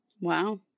wow